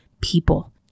people